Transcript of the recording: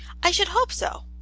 i should hope so.